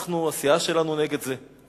אנחנו, הסיעה שלנו, נגד זה.